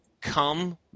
come